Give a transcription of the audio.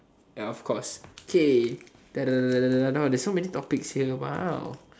ya of course okay there's so many topics here !wow!